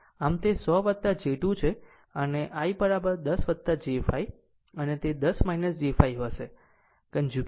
આમ તે 100 j 2 છે અને I 10 j 5 અને તે 10 j 5 હશે કન્જુગેટ